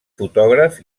fotògraf